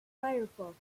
firefox